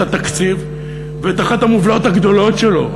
התקציב ואת אחת המובלעות הגדולות שלו,